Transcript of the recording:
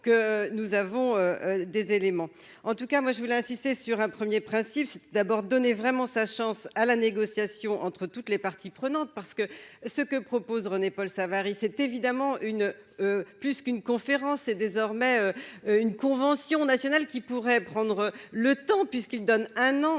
que nous avons des éléments en tout cas moi je voulais insister sur un premier principe, c'est d'abord donner vraiment sa chance à la négociation entre toutes les parties prenantes, parce que ce que propose René-Paul Savary, c'est évidemment une plus qu'une conférence est désormais une convention nationale qui pourrait prendre le temps puisqu'il donne un an